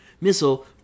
missile